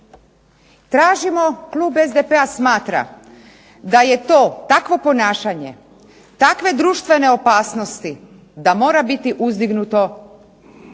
Tražimo klub SDP-a smatra da je takvo ponašanje takve društvene opasnosti da mora biti uzdignuto